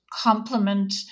complement